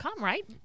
right